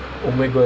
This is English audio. like I